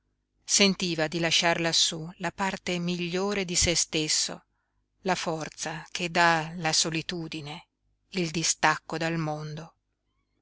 sentiva di lasciar lassú la parte migliore di sé stesso la forza che dà la solitudine il distacco dal mondo